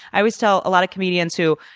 i always tell a lot of comedians who,